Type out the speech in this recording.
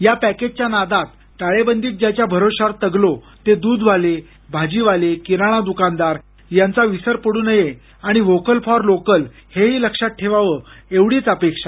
या पॅकेजच्या नादात टाळेबंदीत ज्यांच्या भरवशावर तगलो ते दूधवाले भाजीवाले किराणा दुकानदार यांचा विसर पडू नये आणि व्होकल फॉर लोकल ही लक्षात ठेवावं एवढीच अपेक्षा